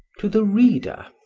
to the reader